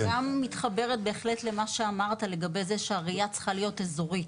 אני גם מתחברת בהחלט למה שאמרת לגבי זה שהראייה צריכה להיות אזורית,